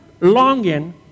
longing